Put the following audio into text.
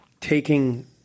taking